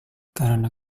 karena